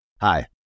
Hi